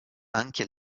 anche